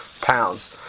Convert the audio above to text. pounds